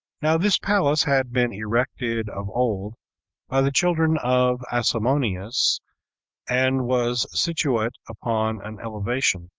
now this palace had been erected of old by the children of asamoneus and was situate upon an elevation,